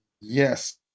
yes